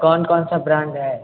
कौन कौन सा ब्रांड है